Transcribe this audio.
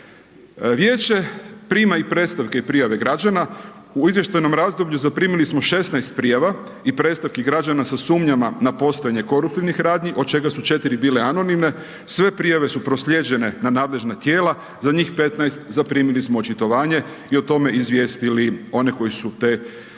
Vijeće prima i predstavke i prijave građana, u izvještajnom razdoblju, zaprimili smo 16 prijava i predstavki građana, sa sumnjama na postojanje koruptivnih radnji, od čega su 4 bile anonimne i sve prijave su proslijeđene na nadležna tijela, za njih 15 zaprimili smo očitovanje i o tome izvijestili oni koji su te zahtjeve